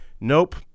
nope